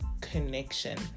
connection